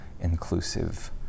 inclusive